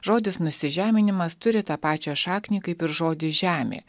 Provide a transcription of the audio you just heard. žodis nusižeminimas turi tą pačią šaknį kaip ir žodis žemė